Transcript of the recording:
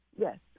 yes